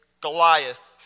Goliath